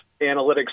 analytics